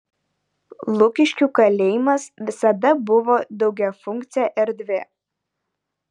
lukiškių kalėjimas visada buvo daugiafunkcė erdvė